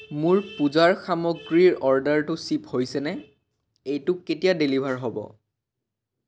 মোৰ পূজাৰ সামগ্ৰীৰ অৰ্ডাৰটো শ্বিপ হৈছেনে এইটো কেতিয়া ডেলিভাৰ হ'ব